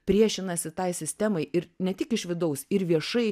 priešinasi tai sistemai ir ne tik iš vidaus ir viešai